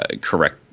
correct